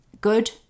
good